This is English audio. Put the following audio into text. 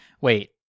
Wait